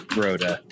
Broda